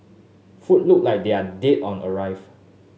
food look like they are dead on arrival